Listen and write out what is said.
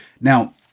Now